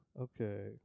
Okay